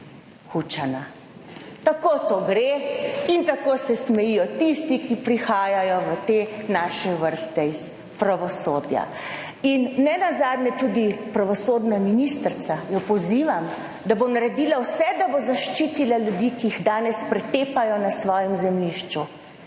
Tako to gre in tako se smejijo tisti, ki prihajajo v te naše vrste iz pravosodja. In nenazadnje tudi pravosodna ministrica, jo pozivam, da bo naredila vse, da bo zaščitila ljudi, ki jih danes pretepajo na svojem zemljišču,